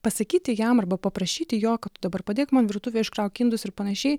pasakyti jam arba paprašyti jo kad tu dabar padėk man virtuvėje iškrauk indus ir panašiai